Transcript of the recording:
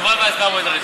תשובה והצבעה במועד אחר.